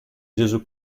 gesù